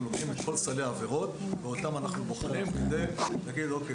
מביאים את כל סלי העבירות ואותם אנחנו בוחנים כדי להגיד "אוקיי,